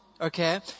okay